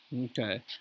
Okay